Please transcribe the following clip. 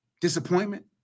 Disappointment